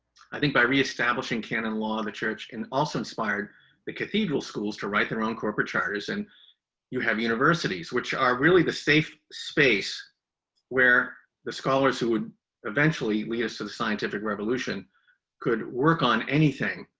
i think by re-establishing canon law, the church can also inspired the cathedral schools to write their own corporate charters. and you have universities, which are really the safe space where the scholars who would eventually we as to the scientific revolution could work on anything,